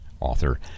author